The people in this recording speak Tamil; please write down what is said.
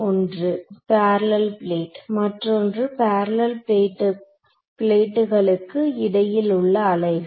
ஒன்று பேரலல் பிளேட் மற்றொன்று பேரலல் பிளேட்டுகளுக்கு இடையில் உள்ள அலைகள்